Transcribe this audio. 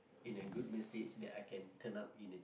in a good message that I can turn up in it